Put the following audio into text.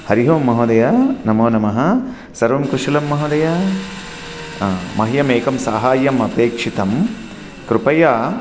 हरिः ओम् महोदय नमोनमः सर्वं कुशलं महोदय मह्यमेकं साहाय्यम् अपेक्षितं कृपया